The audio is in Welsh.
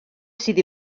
sydd